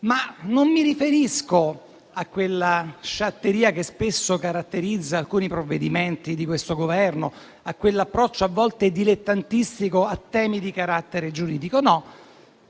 ma non mi riferisco a quella sciatteria che spesso caratterizza alcuni provvedimenti di questo Governo, a quell'approccio a volte dilettantistico a temi di carattere giuridico.